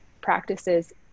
practices